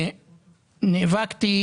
נאבקתי,